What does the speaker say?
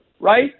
right